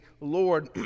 Lord